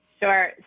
Sure